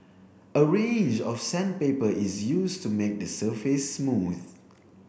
a range of sandpaper is used to make the surface smooth